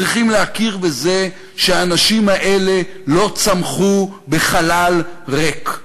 צריכים להכיר בזה שהאנשים האלה לא צמחו בחלל ריק.